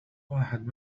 واحد